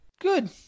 Good